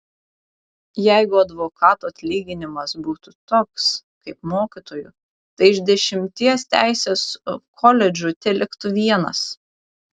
jeigu advokatų atlyginimas būtų toks kaip mokytojų tai iš dešimties teisės koledžų teliktų vienas